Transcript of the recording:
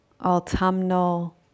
autumnal